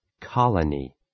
Colony